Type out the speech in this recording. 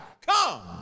come